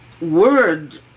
word